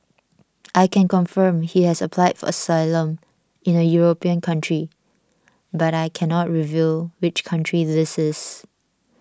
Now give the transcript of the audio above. I can confirm he has applied for asylum in a European country but I cannot reveal which country this is